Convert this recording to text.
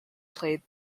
played